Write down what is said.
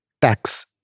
tax